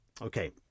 Okay